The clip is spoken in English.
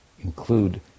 include